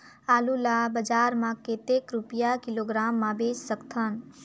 आलू ला बजार मां कतेक रुपिया किलोग्राम म बेच सकथन?